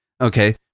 Okay